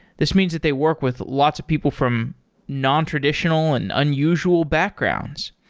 this means that they work with lots of people from nontraditional and unusual backgrounds.